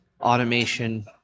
automation